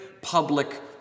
public